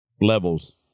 levels